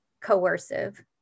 coercive